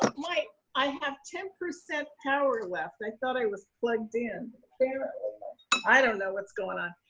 like i have ten percent power left, i thought i was plugged in. i don't know what's going on.